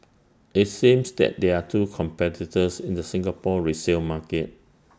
IT seems that there are two competitors in the Singapore resale market